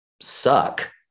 suck